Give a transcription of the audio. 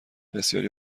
بسیاری